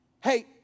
Hey